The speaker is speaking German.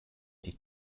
die